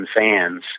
fans